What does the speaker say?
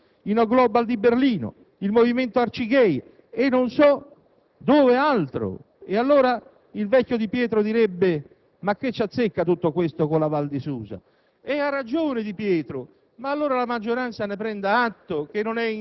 «Vedo che partecipano i *no global* dei cosiddetti disoccupati organizzati di Napoli, i *no global* di Berlino, il movimento Arcigay di non so dove, e allora il vecchio Di Pietro direbbe: ma che c'azzecca tutto questo con la Val di Susa?».